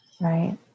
Right